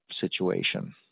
situation